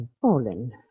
fallen